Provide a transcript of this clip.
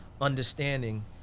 understanding